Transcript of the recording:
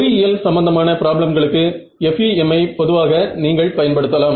பொறியியல் சம்பந்தமான ப்ராப்ளம் களுக்கு FEM ஐ பொதுவாக நீங்கள் பயன்படுத்தலாம்